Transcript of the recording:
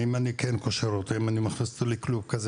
האם אני כן קושר אותו או מכניס אותו לכלוב כזה